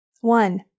One